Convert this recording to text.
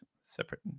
separate